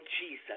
Jesus